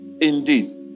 indeed